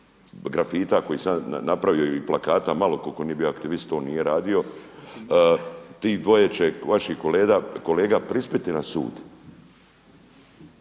razumije./… napravio i plakata malo tko tko nije bio aktivist to nije radio, tih dvoje će vaših kolega prispjeti na sud.